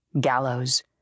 Gallows